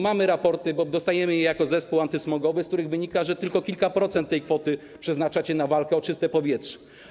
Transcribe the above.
Mamy raporty - bo dostajemy je jako zespół antysmogowy - z których wynika, że tylko kilka procent tej kwoty przeznaczacie na walkę o czyste powietrze.